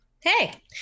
Hey